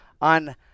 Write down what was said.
on